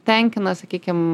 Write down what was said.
tenkina sakykim